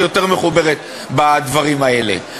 שהיא יותר מחוברת בדברים האלה.